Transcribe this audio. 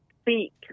speak